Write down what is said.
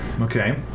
Okay